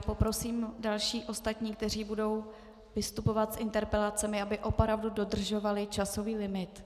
Poprosím další, kteří budou vystupovat s interpelacemi, aby opravdu dodržovali časový limit.